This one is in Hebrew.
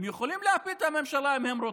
הם יכולים להפיל את הממשלה אם הם רוצים.